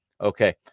Okay